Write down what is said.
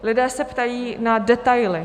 Lidé se ptají na detaily.